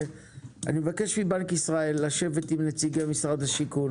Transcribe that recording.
אבקש מבנק ישראל לשבת עם נציגי משרד השיכון